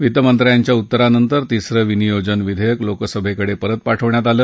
वित्तमंत्र्यांच्या उत्तरानंतर तिसरं विनियोजन विधाक्र लोकसभक्रिक पाठवण्यात आलं